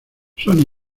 son